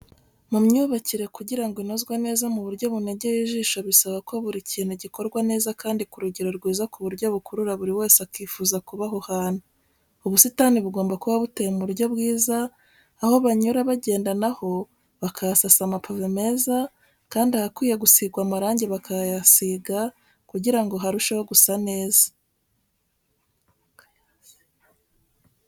Mu myubakire kugira ngo inozwe neza mu buryo bunogeye ijisho bisaba ko buri kintu gikorwa neza kandi ku rugero rwiza ku buryo bukurura buri wese akifuza kuba aho hantu. Ubusitani bugomba kuba buteye mu buryo bwiza, aho banyura bagenda na ho bakahasasa amapave meza, kandi ahakwiye gusigwa amarangi bakayahasiga kugira ngo harusheho gusa neza.